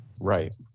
Right